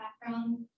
background